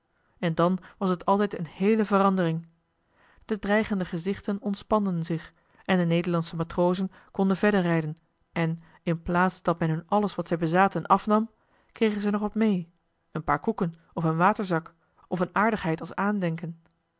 en dan was het altijd een heele verandering de dreigende gezichten ontspanden zich en de nederlandsche matrozen konden verder rijden en in plaats dat men hun alles wat zij bezaten afnam kregen zij nog wat mee een paar koeken of een waterzak of een aardigheid als aandenken